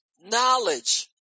Knowledge